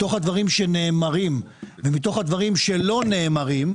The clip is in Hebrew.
מתוך הדברים שנאמרים ומתוך הדברים שלא נאמרים,